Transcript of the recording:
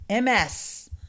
Ms